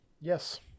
Yes